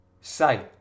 say